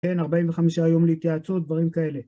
כן, 45 יום להתייעצות, דברים כאלה.